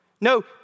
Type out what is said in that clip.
no